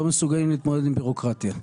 לא מסוגלים להתמודד עם בירוקרטיה.